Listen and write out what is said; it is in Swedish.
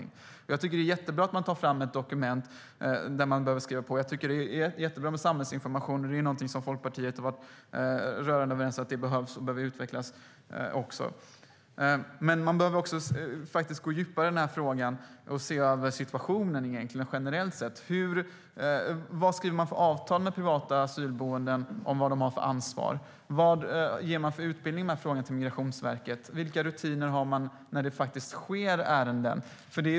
Jag tycker att det är jättebra att man tar fram ett dokument som behöver skrivas under, och jag tycker att det är jättebra med samhällsinformation. Det är något som Folkpartiet har varit rörande överens om att det behövs och behöver utvecklas. Men man behöver gå djupare i den här frågan och se över situationen generellt sett. Vilka avtal skriver man med privata asylboenden om vilket ansvar de har? Vilken utbildning i de här frågorna ger man till Migrationsverket? Vilka rutiner har man när det faktiskt sker något?